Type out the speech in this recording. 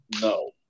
No